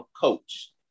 coach